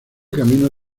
camino